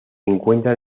encuentran